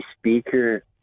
speaker